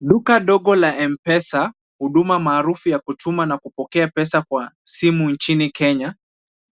Duka dogo la mpesa huduma maarufu ya kutuma na kupokea pesa kwa simu nchini Kenya.